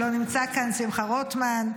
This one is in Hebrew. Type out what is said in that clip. שלא נמצא כאן ,שמחה רוטמן,